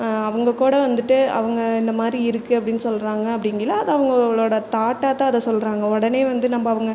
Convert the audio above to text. அவங்க கூட வந்துவிட்டு அவங்க இந்த மாதிரி இருக்கு அப்படின் சொல்லுறாங்க அப்படிங்கயில அது அவங்கவங்களோட தாட்டாக தான் அதை சொல்லுறாங்க உடனே வந்து நம்ப அவங்க